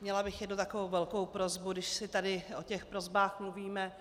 Měla bych jednu takovou velkou prosbu, když si tady o těch prosbách mluvíme.